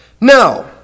Now